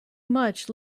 much